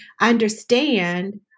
understand